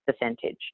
percentage